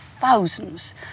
thousands